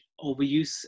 overuse